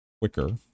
quicker